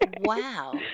Wow